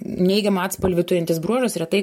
neigiamą atspalvį turintis bruožas yra tai